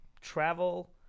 travel